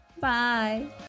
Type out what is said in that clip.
Bye